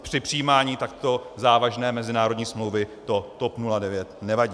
Při přijímání takto závažné mezinárodní smlouvy to TOP 09 nevadí.